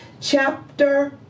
chapter